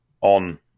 on